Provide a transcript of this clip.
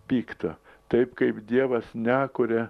pikto taip kaip dievas nekuria